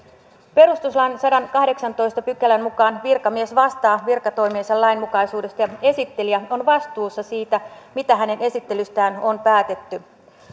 perustuslain sadannenkahdeksannentoista pykälän mukaan virkamies vastaa virkatoimiensa lainmukaisuudesta ja esittelijä on vastuussa siitä mitä hänen esittelystään on päätetty